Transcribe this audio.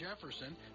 Jefferson